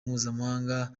mpuzamahanga